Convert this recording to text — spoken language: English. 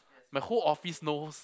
my whole office knows